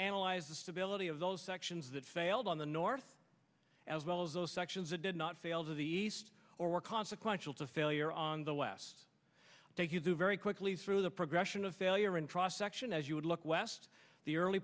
analyze the stability of those sections that failed on the north as well as those sections it did not fail to the east or were consequential to failure on the west thank you very quickly through the progression of failure and cross section as you would look west the early